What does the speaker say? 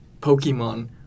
Pokemon